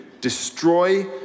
destroy